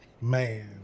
Man